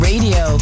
Radio